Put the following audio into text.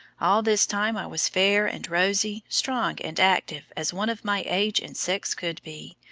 all this time i was fair and rosy, strong and active as one of my age and sex could be,